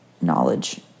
knowledge